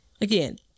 again